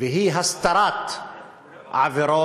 והיא הסתרת עבירות